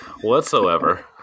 whatsoever